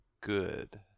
good